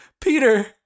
Peter